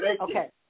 Okay